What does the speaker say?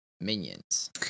Minions